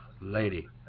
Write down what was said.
lady